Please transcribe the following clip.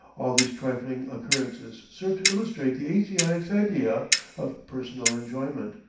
all these trifling occurrences serve to illustrate the asiatic's idea of personal enjoyment.